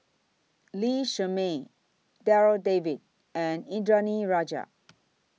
Lee Shermay Darryl David and Indranee Rajah